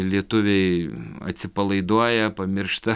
lietuviai atsipalaiduoja pamiršta